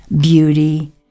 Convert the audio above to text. beauty